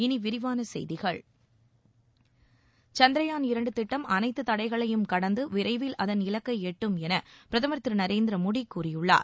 இனி விரிவான செய்திகள் சந்திரயான் இரண்டு திட்டம் அனைத்து தடைகளையும் கடந்து விரைவில் அதன் இலக்கை எட்டும் என பிரதமர் திரு நரேந்திர மோடி கூறியுள்ளார்